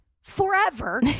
forever